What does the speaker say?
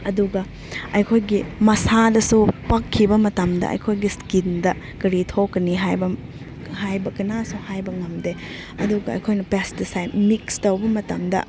ꯑꯗꯨꯒ ꯑꯩꯈꯣꯏꯒꯤ ꯃꯁꯥꯗꯁꯨ ꯄꯛꯈꯤꯕ ꯃꯇꯝꯗ ꯑꯩꯈꯣꯏꯒꯤ ꯏꯁꯀꯤꯟꯗ ꯀꯔꯤ ꯊꯣꯛꯀꯅꯤ ꯍꯥꯏꯕ ꯍꯥꯏꯕ ꯀꯅꯥꯁꯨ ꯍꯥꯏꯕ ꯉꯝꯗꯦ ꯑꯗꯨꯒ ꯑꯩꯈꯣꯏꯅ ꯄꯦꯁꯇꯤꯁꯥꯏꯠ ꯃꯤꯛꯁ ꯇꯧꯕ ꯃꯇꯝꯗ